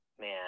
man